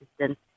assistance